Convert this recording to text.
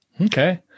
Okay